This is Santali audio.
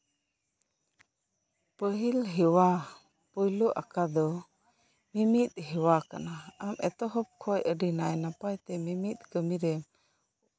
ᱯᱟᱹᱦᱤᱞ ᱦᱮᱣᱟ ᱯᱳᱭᱞᱳ ᱟᱸᱠᱟ ᱫᱚ ᱢᱤᱢᱤᱫ ᱦᱮᱣᱟ ᱠᱟᱱᱟ ᱟᱢ ᱮᱛᱚᱦᱚᱵ ᱠᱷᱚᱱ ᱟᱹᱰᱤ ᱱᱟᱭ ᱱᱟᱯᱟᱭ ᱛᱮ ᱢᱤᱢᱤᱫ ᱠᱟᱹᱢᱤ ᱨᱮ